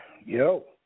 Yo